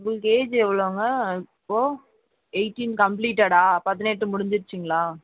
உங்களுக்கு ஏஜ் எவ்வளோங்க இப்போ எயிட்டீன் கம்ப்லீட்டட்டா பதினெட்டு முடிஞ்சிருச்சீங்களா